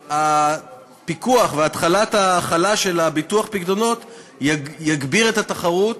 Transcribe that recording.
והפיקוח והתחלת ההחלה של ביטוח הפיקדונות יגבירו את התחרות